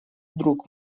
друг